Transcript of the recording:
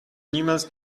niemals